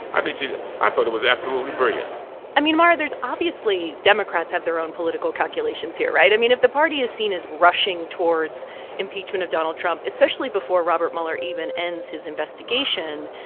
i thought it was absolutely brilliant i mean, mara, there's obviously democrats have their own political calculations here, right? i mean, if the party is seen as rushing towards impeachment of donald trump, especially before robert mueller even ends his investigation,